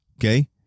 okay